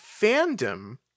fandom